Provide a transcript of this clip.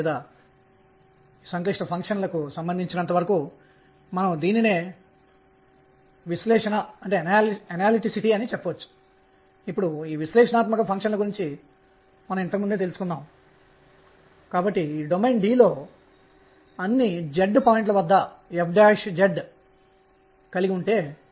మనం ఇప్పుడు చేస్తున్నది ఏమిటంటే ఒక పొటెన్షియల్ కేంద్రం చుట్టూ ఉన్న సమతలంలో ఒక కణ మోషన్గమనం ని తీసుకోవడం ఇది kr మరియు పరమాణువుఆటమ్ల విషయంలో ఇది 140Ze2r